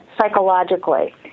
psychologically